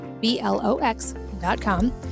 B-L-O-X.com